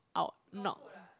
I'll knock